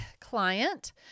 client